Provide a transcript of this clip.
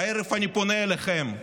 הערב אני פונה אליכם,